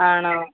ആണോ